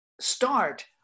start